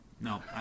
no